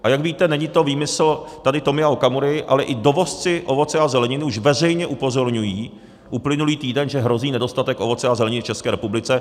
A jak víte, není to výmysl tady Tomia Okamury, ale i dovozci ovoce a zeleniny už veřejně upozorňují, uplynulý týden, že hrozí nedostatek ovoce a zeleniny v České republice.